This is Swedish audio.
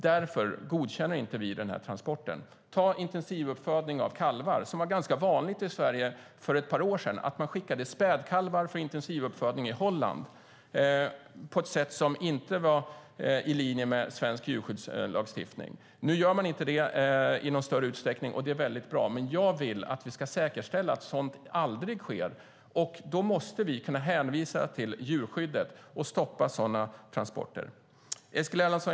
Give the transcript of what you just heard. Därför godkänner inte vi den här transporten. Ta intensivuppfödning av kalvar! Det var ganska vanligt i Sverige för ett par år sedan att man skickade spädkalvar till Holland för intensivuppfödning på ett sätt som inte var i linje med svensk djurskyddslagstiftning. Nu gör man inte det i någon större utsträckning, och det är bra. Men jag vill att vi ska säkerställa att sådant aldrig sker. Då måste vi kunna hänvisa till djurskyddet och stoppa sådana transporter. Eskil Erlandsson!